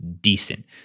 decent